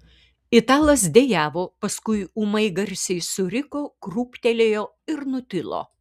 italas dejavo paskui ūmai garsiai suriko krūptelėjo ir nutilo